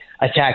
attack